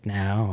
now